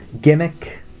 gimmick